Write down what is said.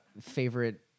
favorite